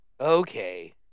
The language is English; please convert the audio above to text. Okay